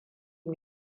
mu